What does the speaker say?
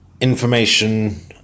information